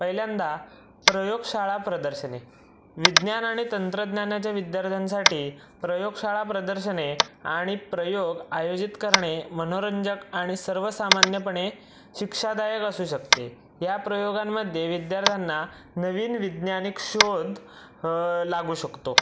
पहिल्यांदा प्रयोगशाळा प्रदर्शने विज्ञान आणि तंत्रज्ञानाच्या विद्यार्थ्यांसाठी प्रयोगशाळा प्रदर्शने आणि प्रयोग आयोजित करणे मनोरंजक आणि सर्वसामान्यपणे शिक्षादायक असू शकते या प्रयोगांमध्ये विद्यार्थ्यांना नवीन वैज्ञानिक शोध लागू शकतो